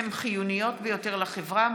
שהן חיוניות ביותר לחברה,